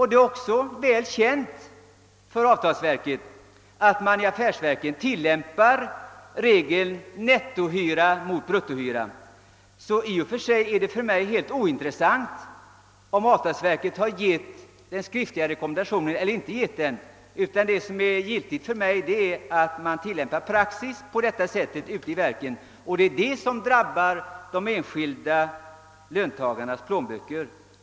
Det är också väl känt för avtalsverket att affärsverken tillämpar regeln »nettohyra mot bruttohyra», så i och för sig är det för mig helt ointressant om avtalsverket har givit den skriftliga rekommendationen eller inte. Det viktiga för mig är att man tillämpar praxis på detta sätt ute i verken, och det drabbar löntagarnas plånböcker.